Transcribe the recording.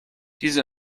diese